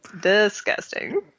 Disgusting